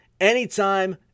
anytime